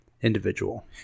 individual